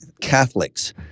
Catholics